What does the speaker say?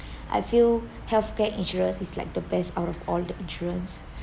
I feel healthcare insurance is like the best out of all the insurance